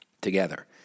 together